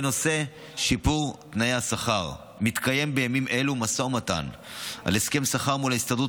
בנושא שיפור תנאי השכר מתקיים בימים אלה משא ומתן על הסכם שכר מול ההסתדרות